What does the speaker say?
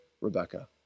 Rebecca